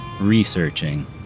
researching